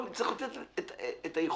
צריך לתת את היכולות.